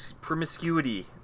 Promiscuity